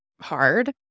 hard